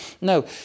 No